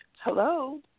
Hello